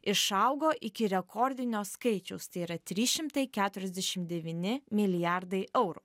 išaugo iki rekordinio skaičiaus tai yra tris šimtai keturiasdešim devyni milijardai eurų